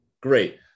Great